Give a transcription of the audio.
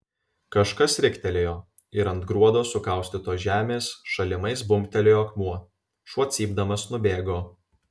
kažkas riktelėjo ir ant gruodo sukaustytos žemės šalimais bumbtelėjo akmuo šuo cypdamas nubėgo